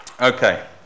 okay